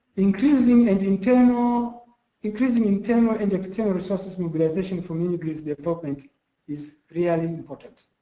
increasing and internal increasing internal and external resources mobilization for mini grids development is really important.